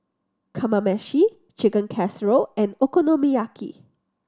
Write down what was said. Kamameshi Chicken Casserole and Okonomiyaki